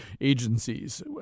agencies